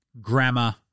grammar